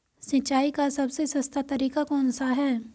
सिंचाई का सबसे सस्ता तरीका कौन सा है?